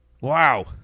wow